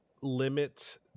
limit –